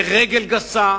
ברגל גסה,